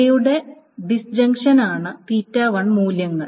ഇവയുടെ ഡിസ്ഞ്ചക്ഷനാണ് മൂല്യങ്ങൾ